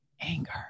anger